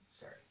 sorry